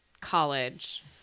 college